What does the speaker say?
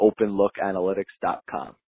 OpenLookAnalytics.com